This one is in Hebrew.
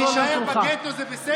להישאר בגטו זה בסדר?